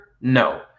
No